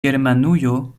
germanujo